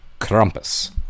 krampus